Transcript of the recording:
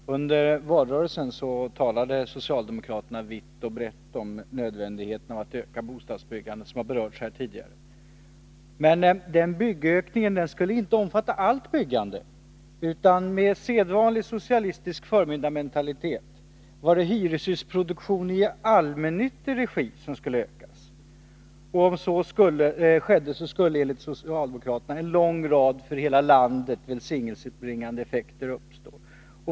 Herr talman! Under valrörelsen talade socialdemokraterna vitt och brett om nödvändigheten av att öka bostadsbyggandet, som har berörts här tidigare. Men denna byggökning skulle inte omfatta allt byggande, utan med sedvanlig socialistisk förmyndarmentalitet var det hyrehusproduktion i allmännyttig regi som skulle ökas. Om så skedde skulle enligt socialdemokraterna en lång rad för hela landet välsignelsebringande effekter uppstå.